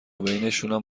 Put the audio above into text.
بینشونم